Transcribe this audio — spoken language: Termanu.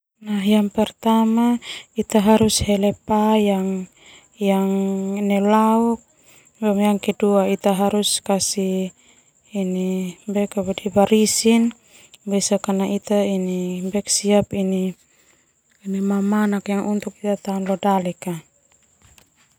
Ita hele pa nelauk ita harus kasih barisi besak ita siap mamanak tao leo dalek.